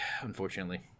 unfortunately